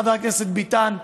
חבר הכנסת ביטן,